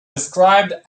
described